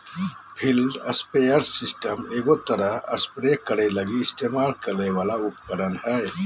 field sprayer system एगो तरह spray करे लगी इस्तेमाल करे वाला उपकरण हइ